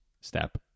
step